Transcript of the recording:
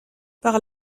par